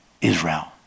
Israel